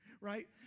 right